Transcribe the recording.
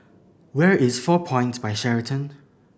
where is Four Points By Sheraton